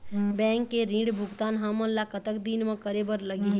Bank के ऋण भुगतान हमन ला कतक दिन म करे बर लगही?